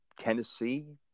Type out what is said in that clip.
Tennessee